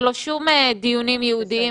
בפני עצמו היה לו רציונל,